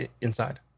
Inside